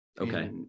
Okay